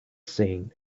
seen